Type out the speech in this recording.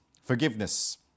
forgiveness